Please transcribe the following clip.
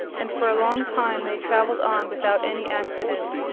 and for a long time they travelled on without any accident.